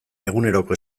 eguneroko